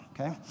Okay